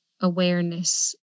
awareness